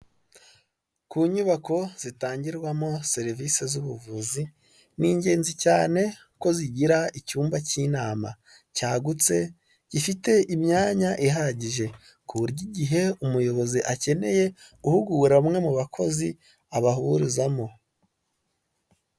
Ku nyubako zitangirwamo serivisi z'ubuvuzi ni ingenzi cyane ko zigira icyumba cy'inama cyagutse gifite imyanya ihagije ku buryo igihe umuyobozi akeneye guhugura bamwe mu bakozi abahurizamo.